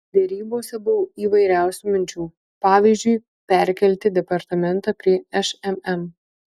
derybose buvo įvairiausių minčių pavyzdžiui perkelti departamentą prie šmm